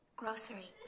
Grocery